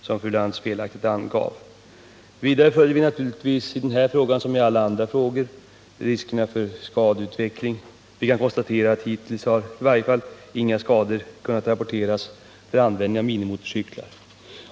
som fru Lantz felaktigt angav. Vidare följer vi naturligtvis i den här frågan liksom i alla andra frågor utvecklingen av skaderiskerna. Vi kan konstatera att i varje fall hittills inga skador kunnat rapporteras från användning av minimotorcyklar.